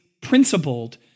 principled